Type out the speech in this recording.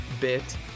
bit